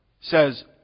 says